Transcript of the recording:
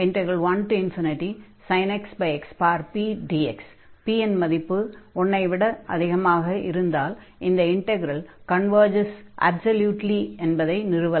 p இன் மதிப்பு 1 ஐ விட அதிகமாக இருந்தால் இந்த "இன்டக்ரல் கன்வர்ஜஸ் அப்ஸல்யூட்லி" என்பதை நிறுவலாம்